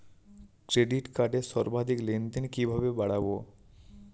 Credit কার্ডের সর্বাধিক লেনদেন কিভাবে বাড়াবো?